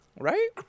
Right